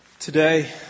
Today